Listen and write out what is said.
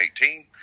2018